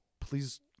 please